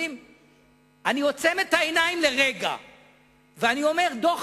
אני עוצם את העיניים לרגע ואני אומר: דוח